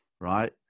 Right